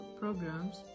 programs